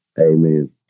Amen